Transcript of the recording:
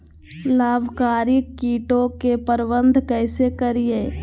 लाभकारी कीटों के प्रबंधन कैसे करीये?